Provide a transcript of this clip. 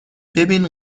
ببین